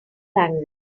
language